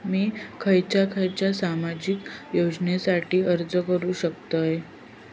मी खयच्या खयच्या सामाजिक योजनेसाठी अर्ज करू शकतय?